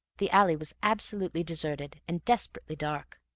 the alley was absolutely deserted, and desperately dark.